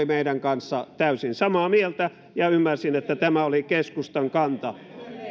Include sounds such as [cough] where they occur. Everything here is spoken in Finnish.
[unintelligible] meidän kanssamme täysin samaa mieltä ja ymmärsin että tämä oli keskustan kanta